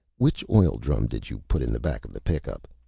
which oil drum did you put in the back of the pickup?